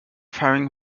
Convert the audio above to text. faring